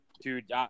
Dude